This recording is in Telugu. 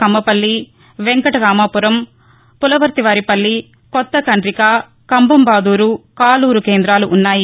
కమ్మపల్లి వెంకటరామాపురం పులవర్తివారిపల్లి కొత్త కంద్రిగ కుప్పంబాదూరు కాలూరు కేందాలు ఉన్నాయి